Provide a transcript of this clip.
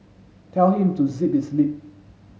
tell him to zip his lip